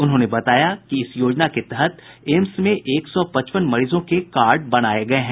उन्होंने बताया कि इस योजना के तहत एम्स में एक सौ पचपन मरीजों के कार्ड बनाये गये हैं